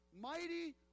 mighty